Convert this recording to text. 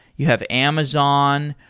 you have amazon.